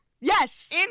Yes